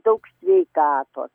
daug sveikatos